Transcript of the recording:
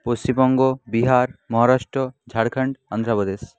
Paschimbanga Bihar Maharashtra Jharkhand Andhra Pradesh